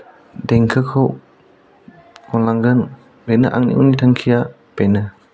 देंखोखौ खनलांगोन बेनो आंनि उननि थांखिया बेनो